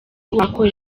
wakora